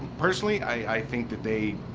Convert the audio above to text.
personally, i think that they,